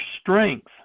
strength